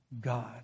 God